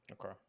Okay